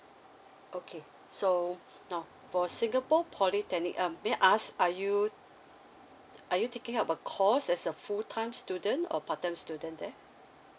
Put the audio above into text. okay so now for singapore polytechnic um may I ask are you are you taking about course as a full time student or part time student there